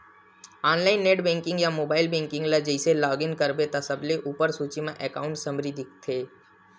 online net banking या mobile banking ल जइसे लॉग इन करबे त सबले उप्पर सूची म एकांउट समरी दिखथे